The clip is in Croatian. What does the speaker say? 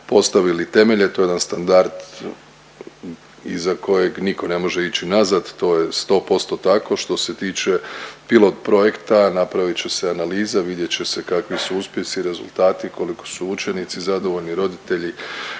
postavili temelje. To je jedan standard iza kojeg nitko ne može ići nazad, to je 100% tako. Što se tiče pilot projekta, napravit će se analiza, vidjet će se kakvi su uspjesi, rezultati. Koliko su učenici zadovoljni, roditelji,